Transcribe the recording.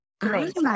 Great